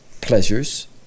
pleasures